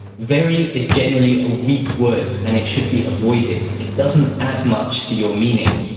very is generally a weak word, and it should be avoided. it doesn't add much to your meaning.